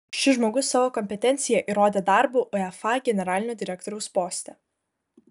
šis žmogus savo kompetenciją įrodė darbu uefa generalinio direktoriaus poste